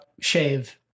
shave